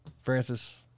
Francis